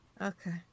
Okay